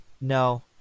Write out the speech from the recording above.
no